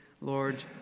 Lord